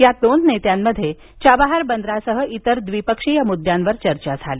या दोन नेत्यांमध्ये चाबहार बंदरासह इतर अनेक द्विपक्षीय मुद्द्यांवर चर्चा झाली